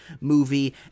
movie